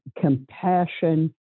compassion